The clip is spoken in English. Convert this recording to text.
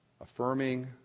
Affirming